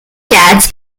cats